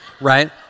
right